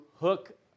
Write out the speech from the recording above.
hook